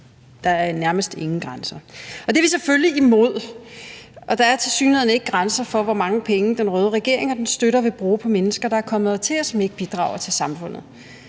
der er nærmest ingen grænser – og det er vi selvfølgelig imod. Der er tilsyneladende ikke grænser for, hvor mange penge den røde regering og dens støtter vil bruge på mennesker, der et kommet hertil, og som ikke bidrager til samfundet.